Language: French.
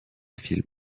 films